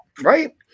right